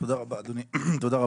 תודה רבה אדוני היושב-ראש.